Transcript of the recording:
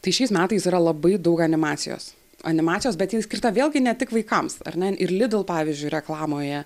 tai šiais metais yra labai daug animacijos animacijos bet ji skirta vėlgi ne tik vaikams ar na ir lidl pavyzdžiui reklamoje